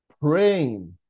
praying